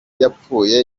yapfuye